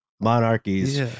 monarchies